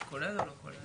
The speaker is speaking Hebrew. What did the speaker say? זה כולל או לא כולל?